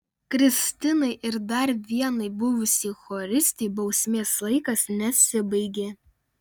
kristinai ir dar vienai buvusiai choristei bausmės laikas nesibaigė